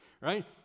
right